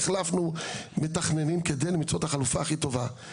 החלפנו מתכננים על מנת למצוא את החלופה הכי טובה.